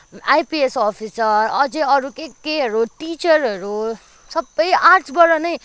IPS officer अझै अरू के केहरू टिचरहरू सबै आर्टसबाट नै